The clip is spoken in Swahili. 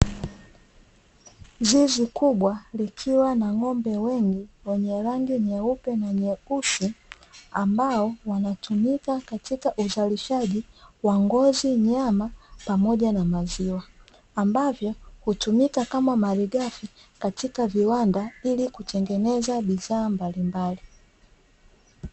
Zizi kubwa likiwa na ng'ombe wengi wenye rangi nyeupe na nyeusi, ambao wanatumika katika uzalishaji wa ngozi, nyama pamoja na maziwa, ambavyo hutumika kama malighafi katika viwanda ili kutengeneza bidhaa mbalimbali.